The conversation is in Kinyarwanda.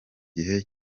gihe